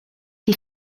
die